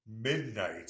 Midnight